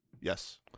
Yes